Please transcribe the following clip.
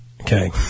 Okay